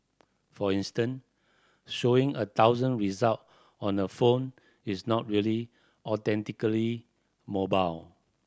for instance showing a thousand result on a phone is not really authentically mobile